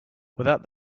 without